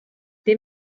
des